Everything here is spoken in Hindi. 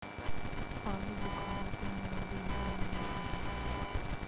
आलू बुखारा से मुरब्बे भी बनाए जाते हैं